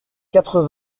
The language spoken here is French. quatre